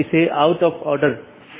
इसलिए पथ को परिभाषित करना होगा